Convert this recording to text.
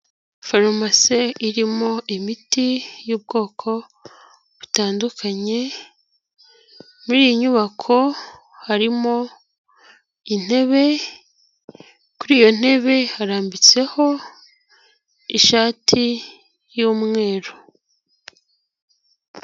Farumase irimo imiti yu'ubwoko butandukanye, muri iyi nyubako harimo intebe, kuri iyo ntebe harambitseho ishati y'umweru.